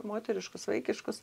moteriškus vaikiškus